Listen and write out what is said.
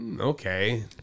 Okay